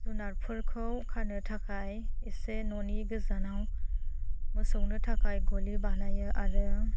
जुनारफोरखौ खानो थाखाय एसे न'नि गोजानाव मोसौनो थाखाय गलि बानायो आरो